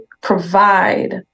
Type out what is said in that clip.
provide